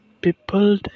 people